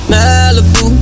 Malibu